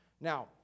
Now